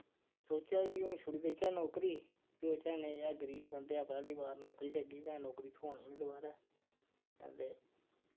सोचेआ कि हुन छुड़ी देचै नौकरी फ्ही सोचेआ नि यार गरीब बंदे आं पैह्ली बार नौकरी लग्गी भैं नौकरी थ्होनी नि दोबारा ते